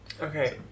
Okay